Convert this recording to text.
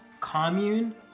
commune